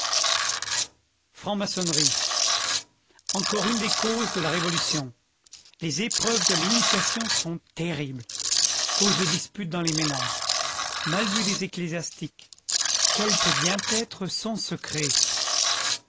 franc maconnerie encore une des causes de la révolution les épreuves de l'initiation sont terribles cause de dispute dans les ménages mal vue des ecclésiastiques quel peut bien être son secret